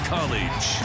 College